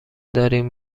دارین